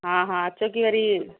हा हा छो की वरी